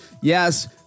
Yes